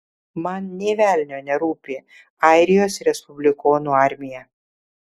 man nė velnio nerūpi airijos respublikonų armija